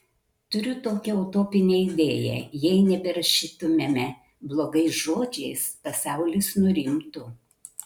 turiu tokią utopinę idėją jei neberašytumėme blogais žodžiais pasaulis nurimtų